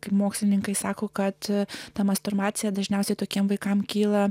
kai mokslininkai sako kad ta masturbacija dažniausiai tokiems vaikams kyla